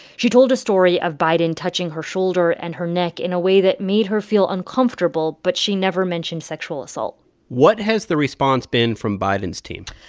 she told a story of biden touching her shoulder and her neck in a way that made her feel uncomfortable, but she never mentioned sexual assault what has the response been from biden's team?